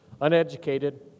uneducated